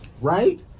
Right